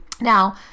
Now